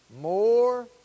More